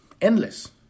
Endless